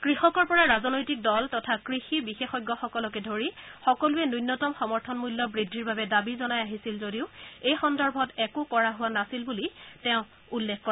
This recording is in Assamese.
কৃষকৰ পৰা ৰাজনৈতিক দল তথা কৃষি বিশেষজ্ঞসকলকে ধৰি সকলোৱে ন্যনতম সমৰ্থন মূল্য বৃদ্ধিৰ বাবে দাবী জনাই আহিছিল যদিও এই সন্দৰ্ভত একো কৰা হোৱা নাছিল বুলি তেওঁ উল্লেখ কৰে